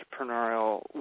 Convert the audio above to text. entrepreneurial